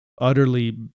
utterly